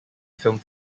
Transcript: film